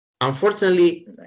unfortunately